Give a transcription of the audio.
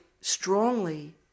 strongly